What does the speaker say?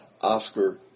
Oscar